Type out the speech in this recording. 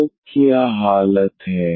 तो क्या हालत है